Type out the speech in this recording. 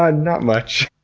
ah not much!